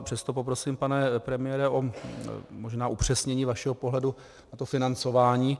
Přesto poprosím, pane premiére, možná o upřesnění vašeho pohledu, a to financování.